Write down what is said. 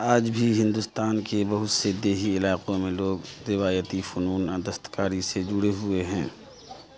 آج بھی ہندوستان کے بہت سے دیہی علاقوں میں لوگ روایتی فنون دستکاری سے جڑے ہوئے ہیں